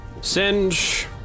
Singe